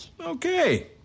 Okay